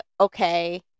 okay